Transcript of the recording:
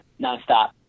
nonstop